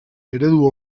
eredu